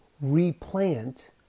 replant